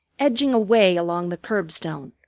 edging away along the curbstone.